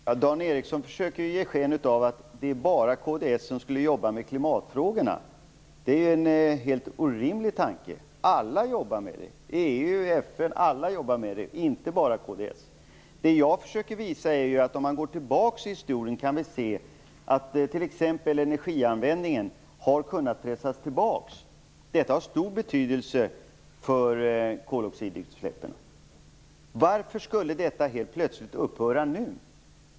Herr talman! Dan Ericsson försöker ge sken av att det bara är kds som jobbar med klimatfrågorna. Det är en helt orimlig tanke. Alla jobbar med det. EU, FN - alla jobbar med det, inte bara kds. Jag försöker visa att om vi går tillbaka i tiden kan vi se att t.ex. energianvändningen har kunnat pressas tillbaka. Detta har stor betydelse för koldioxidutsläppen. Varför skulle detta helt plötsligt upphöra nu?